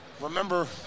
remember